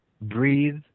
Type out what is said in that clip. breathe